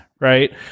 right